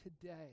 today